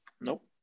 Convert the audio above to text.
Nope